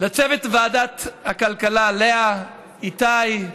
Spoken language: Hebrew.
לצוות ועדת הכלכלה, לאה, איתי,